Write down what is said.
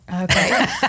Okay